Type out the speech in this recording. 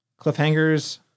Cliffhangers